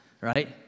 right